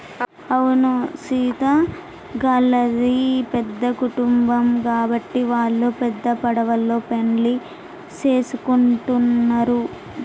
అవును సీత గళ్ళది పెద్ద కుటుంబం గాబట్టి వాల్లు పెద్ద పడవలో పెండ్లి సేసుకుంటున్నరు